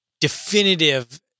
definitive